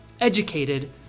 educated